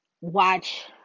Watch